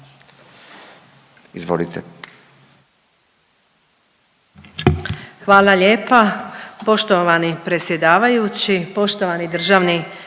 Izvolite.